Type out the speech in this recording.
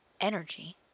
energy